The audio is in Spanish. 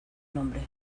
nombre